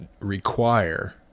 require